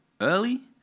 early